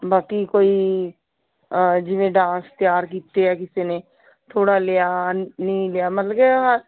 ਬਾਕੀ ਕੋਈ ਜਿਵੇਂ ਡਾਂਸ ਤਿਆਰ ਕੀਤੇ ਆ ਕਿਸੇ ਨੇ ਥੋੜ੍ਹਾ ਲਿਆ ਨਹੀਂ ਲਿਆ ਮਤਲਬ ਕਿ ਹ